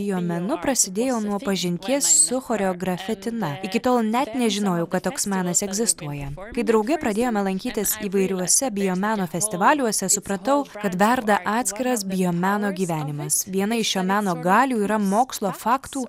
jo menu prasidėjo nuo pažinties su choreografe tina iki tol net nežinojau kad toks menas egzistuoja kai draugai pradėjome lankytis įvairiuose biomeno festivaliuose supratau kad verda atskiras biomeno gyvenimas viena iš šio meno galių yra mokslo faktų